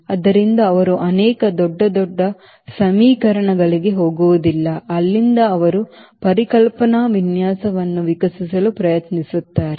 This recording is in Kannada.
ಆದ್ದರಿಂದ ಅವರು ಅನೇಕ ದೊಡ್ಡ ದೊಡ್ಡ ಸಮೀಕರಣಗಳಿಗೆ ಹೋಗುವುದಿಲ್ಲ ಅಲ್ಲಿಂದ ಅವರು ಪರಿಕಲ್ಪನಾ ವಿನ್ಯಾಸವನ್ನು ವಿಕಸಿಸಲು ಪ್ರಯತ್ನಿಸುತ್ತಾರೆ